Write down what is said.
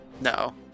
No